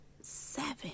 seven